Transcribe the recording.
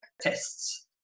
tests